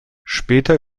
später